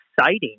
exciting